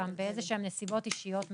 באיזה שהן נסיבות אישיות מיוחדות.